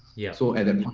yeah. so adam,